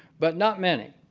but not many.